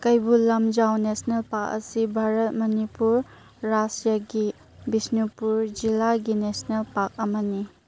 ꯀꯩꯕꯨꯜ Lamjao national park ꯑꯁꯤ ꯚꯥꯔꯠ ꯃꯅꯤꯄꯨꯔ ꯔꯥꯖ꯭ꯌꯒꯤ ꯕꯤꯁꯅꯨꯄꯨꯔ ꯖꯤꯂꯥꯒꯤ ꯅꯦꯁꯅꯦꯜ ꯄꯥꯛ ꯑꯃꯅꯤ